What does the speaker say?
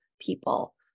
people